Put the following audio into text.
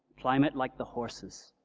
climb it like the horses.